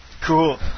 Cool